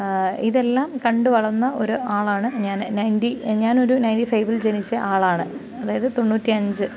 ഇതെല്ലാം കണ്ടു വളർന്ന ഒരു ആളാണ് ഞാൻ നയൻറ്റി ഞാനൊരു നയൻറ്റീ ഫൈവിൽ ജനിച്ച ആളാണ് അതായത് തൊണ്ണൂറ്റിയഞ്ച്